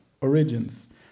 origins